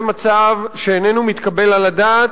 זה מצב שאיננו מתקבל על הדעת.